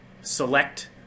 select